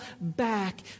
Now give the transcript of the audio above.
back